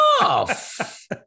off